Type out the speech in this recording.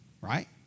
Right